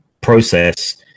process